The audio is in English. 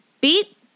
Beat